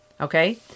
okay